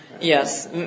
Yes